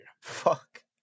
Fuck